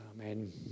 amen